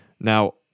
now